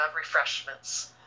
refreshments